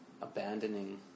Abandoning